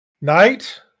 Night